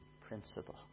principle